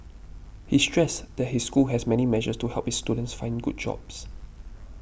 he stressed that his school has many measures to help its students find good jobs